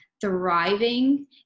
thriving